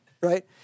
right